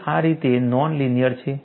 તે આ રીતે નોન લિનિયર છે